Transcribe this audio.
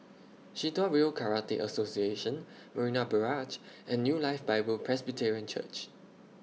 Shitoryu Karate Association Marina Barrage and New Life Bible Presbyterian Church